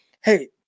hey